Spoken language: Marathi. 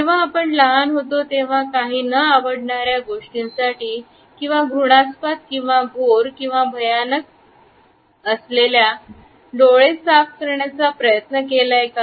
जेव्हा आपण लहान होतो तेव्हा काही ना आवडणाऱ्या गोष्टींसाठी किंवा घृणास्पद किंवा घोर किंवा भयानक डिस्प्ले असल्यास डोळे साफ करण्याचा प्रयत्न केलाय का